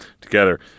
together